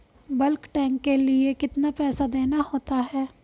Bulk tank के लिए कितना पैसा देना होता है?